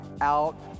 Out